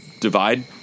divide